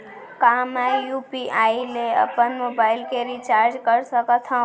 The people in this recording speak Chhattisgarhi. का मैं यू.पी.आई ले अपन मोबाइल के रिचार्ज कर सकथव?